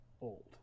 old